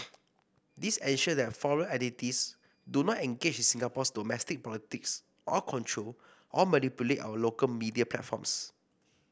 this ensure that foreign entities do not engage in Singapore's domestic politics or control or manipulate our local media platforms